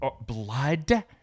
blood